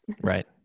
Right